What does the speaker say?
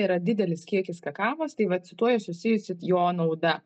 yra didelis kiekis kakavos tai vat su tuo ir susijusi jo nauda